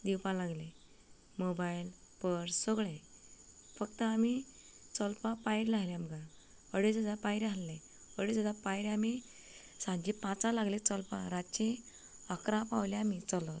दिवपाक लागलीं mobile purse सगळें फकत आमी चलपाक पांयणे आसलें आमकां अडेज हजार पांयडें आसलें अडेज हजार पांयडें आमी सांजची पांचा लागली चलपाक रातचीं इकरांक पावल्या आमी चलत